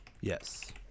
Yes